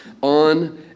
on